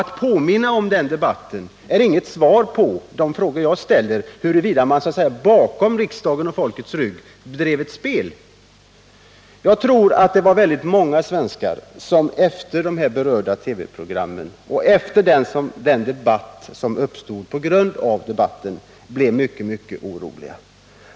Att påminna om den här debatten är således inget svar på de frågor jag ställde om huruvida man bakom riksdagens och folkets rygg bedrev ett spel. Jag tror att många svenskar efter de berörda TV-programmen och efter den debatt som uppstod på grund av dessa blev mycket oroliga.